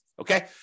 okay